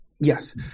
Yes